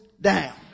down